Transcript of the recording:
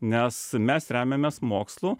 nes mes remiamės mokslu